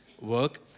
work